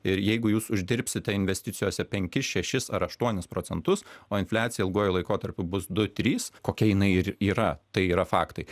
ir jeigu jūs uždirbsite investicijose penkis šešis ar aštuonis procentus o infliacija ilguoju laikotarpiu bus du trys kokia jinai ir yra tai yra faktai